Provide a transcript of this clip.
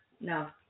No